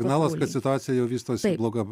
signalas kad situacija jau vystosi bloga